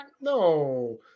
no